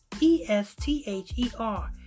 E-S-T-H-E-R